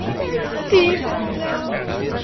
i see them now!